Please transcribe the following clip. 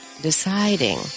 deciding